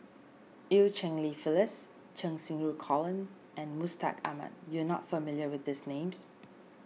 Eu Cheng Li Phyllis Cheng Xinru Colin and Mustaq Ahmad you are not familiar with these names